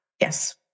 Yes